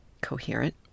coherent